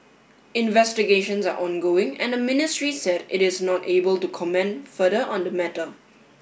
investigations are ongoing and the ministry said it is not able to comment further on the matter